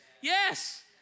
Yes